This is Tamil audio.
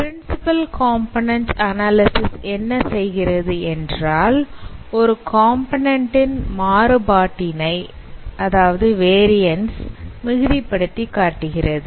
பிரின்சிபல் காம்போநன்ண்ட் அனாலிசிஸ் என்ன செய்கிறது என்றால் ஒரு காம்போநன்ண்ட் இன் வேரியன்ஸ் ஐ மிகுதி படுத்துகிறது